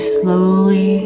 slowly